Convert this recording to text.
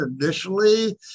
initially